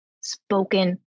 spoken